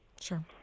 Sure